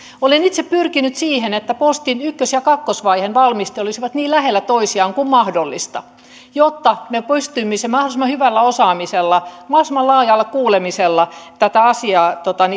olen itse pyrkinyt siihen että postin ykkös ja kakkosvaiheen valmistelut olisivat niin lähellä toisiaan kuin mahdollista jotta me pystyisimme mahdollisimman hyvällä osaamisella mahdollisimman laajalla kuulemisella tätä asiaa